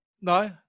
No